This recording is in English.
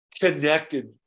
connected